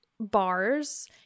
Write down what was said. Bars